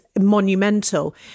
monumental